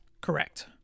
Correct